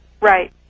Right